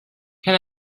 can